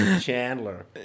Chandler